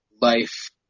life